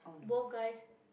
both guys